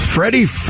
Freddie